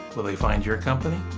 will they find your company?